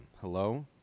Hello